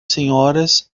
senhoras